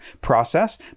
process